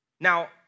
Now